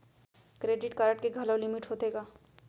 Credit card के घलव limit होथे का?